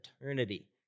eternity